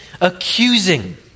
accusing